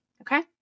Okay